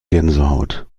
gänsehaut